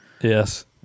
yes